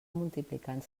multiplicant